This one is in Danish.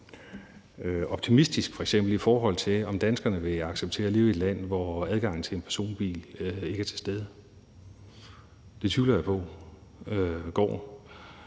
optimistisk, i forhold til om danskerne f.eks. vil acceptere at leve i et land, hvor adgangen til en personbil ikke er til stede. Det tvivler jeg på